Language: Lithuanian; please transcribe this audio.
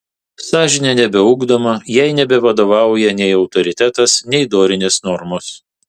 sąžinė nebeugdoma jai nebevadovauja nei autoritetas nei dorinės normos